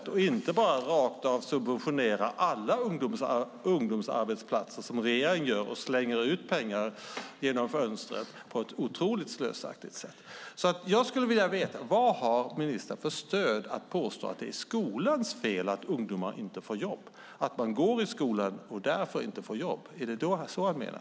Det handlar inte om att bara rakt av subventionera alla ungdomsarbetsplatser som regeringen gör. Man slänger ut pengar genom fönstret på ett otroligt slösaktigt sätt. Jag skulle vilja veta: Vad har ministern för stöd för att påstå att det är skolans fel att ungdomar inte får jobb? Man går i skolan och får därför inte jobb - är det så han menar?